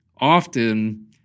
often